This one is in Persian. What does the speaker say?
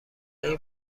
این